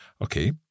Okay